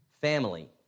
family